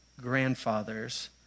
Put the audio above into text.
grandfather's